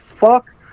fuck